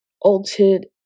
altered